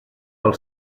pel